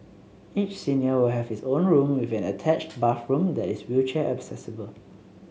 each senior will have his own room with an attached bathroom that is wheelchair accessible